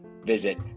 visit